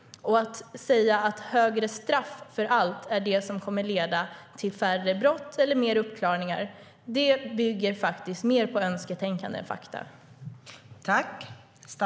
Att högre straff för allt är det som kommer att leda till färre brott eller mer uppklaring bygger mer på önsketänkande än på fakta.